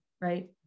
right